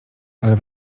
ale